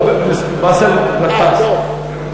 הוא באסל גטאס.